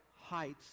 heights